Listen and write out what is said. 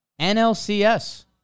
NLCS